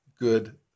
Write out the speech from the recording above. good